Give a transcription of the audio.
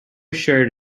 shared